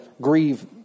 grieve